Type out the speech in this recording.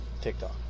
TikTok